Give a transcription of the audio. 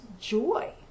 joy